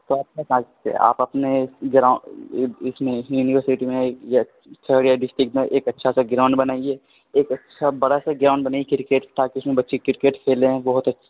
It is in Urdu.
تو آپ نے کہاں سے کیا آپ اپنے اس میں یونیورسٹی میں یا کھگریہ ڈسٹرکٹ میں ایک اچھا سا گراؤنڈ بنائیے ایک اچھا برا سا گراؤنڈ بنائیے کرکٹ تاکہ اس میں بچے کرکٹ کھیلیں ہیں بہت